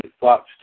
Fox